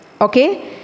Okay